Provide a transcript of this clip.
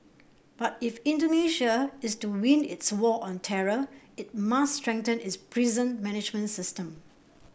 but if Indonesia is to win its war on terror it must strengthen its prison management system